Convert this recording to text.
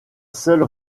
seule